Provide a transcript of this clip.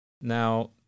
Now